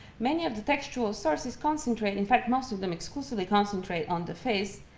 many of the textual sources concentrate in fact, most of them exclusively concentrate on the face,